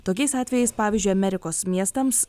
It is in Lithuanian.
tokiais atvejais pavyzdžiui amerikos miestams